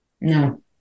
No